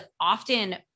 often